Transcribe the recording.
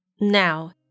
Now